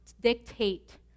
dictate